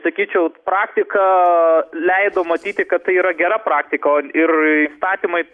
sakyčiau praktika leido matyti kad tai yra gera praktika ir įstatymai